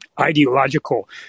ideological